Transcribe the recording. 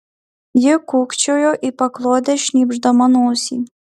ji kūkčiojo į paklodę šnypšdama nosį